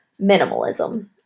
minimalism